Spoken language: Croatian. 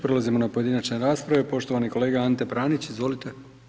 Prelazimo na pojedinačne rasprave, poštovani kolega Ante Prenić, izvolite.